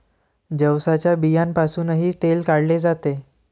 जवसाच्या बियांपासूनही तेल काढले जाते